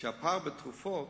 שהפער במחירי התרופות,